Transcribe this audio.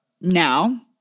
Now